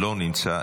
לא נמצא.